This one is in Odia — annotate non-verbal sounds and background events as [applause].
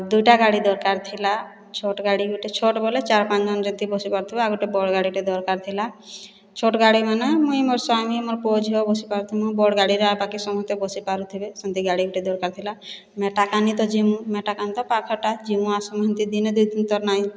ଦୁଇଟା ଗାଡ଼ି ଦରକାର୍ ଥିଲା ଛୋଟ୍ ଗାଡ଼ି ଗୋଟେ ଛୋଟ୍ ବାଲା ଚାର୍ ପାଞ୍ଚ୍ ଜନ୍ ଯେନ୍ତି ବସ୍ ପାରୁଥିବେ ଆଉ ଗୋଟେ ବଡ୍ ଗାଡ଼ି ଦରକାର୍ ଥିଲା ଛୋଟ୍ ଗାଡ଼ି ମୁଇଁ ନା ମୁଇଁ ମୋର୍ ସ୍ଵାମୀ ମୋର୍ ପୁଅ ଝିଅ ବସି ପାରୁଥିମୁ ବଡ଼୍ ଗାଡ଼ିରେ ବାକି ସମସ୍ତେ ବସିପାରୁଥିବେ ସେମିତି ଗାଡ଼ି ଗୋଟେ ଦରକାର୍ ଥିଲା [unintelligible] ତ ଯିମୁ [unintelligible] ତ ପାଖଟା ଯିମୁ ଆସିମୁ ହେନ୍ତି ଦି ତିନ ତ ନାଇଁ